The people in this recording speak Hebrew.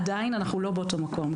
ועדיין אנחנו לא באותו מקום,